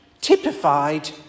typified